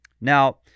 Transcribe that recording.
Now